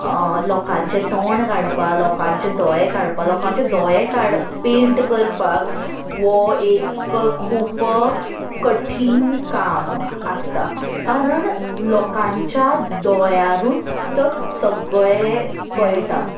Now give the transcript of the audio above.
लोकांचें तोंड काडपाक लोकांचे दोळे काडपाक लोकांचे दोळेें काड पेंट करपाक हो एक खूप कठीण काम आसता कारण लोकांच्या दोळ्यारूच सगळें कळटा